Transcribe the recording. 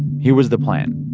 here was the plan.